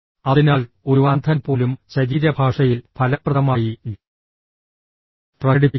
അതിനാൽ ഒരു അന്ധൻ പോലും ശരീരഭാഷയിൽ ഫലപ്രദമായി പ്രകടിപ്പിക്കുന്നു